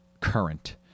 current